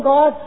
God